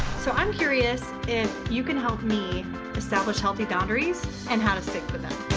so i'm curious if you can help me establish healthy boundaries and how to stick with them.